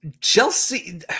Chelsea